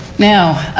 now,